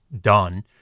done